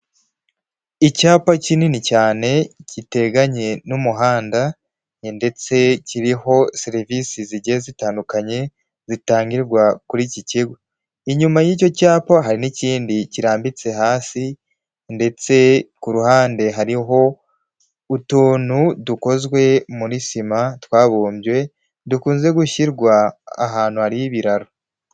Icyapa kinini cyane, giteganye n'umuhanda, ndetse kiriho serivisi zigiye zitandukanye zitangirwa kuri iki kigo, inyuma y'icyo cyapa hari n'ikindi kirambitse hasi, ndetse ku ruhande hariho utuntu dukozwe muri sima twabumbwe, dukunze gushyirwa ahantu hari ibiraro.